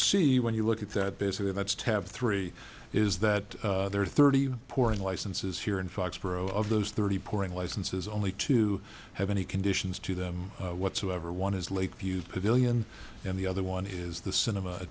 see when you look at that basically that's tab three is that there are thirty pouring licenses here in foxborough of those thirty pouring licenses only to have any conditions to them whatsoever one is lakeview pavilion and the other one is the cinema